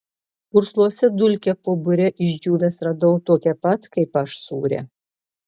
pursluose dulkę po bure išdžiūvęs radau tokią pat kaip aš sūrią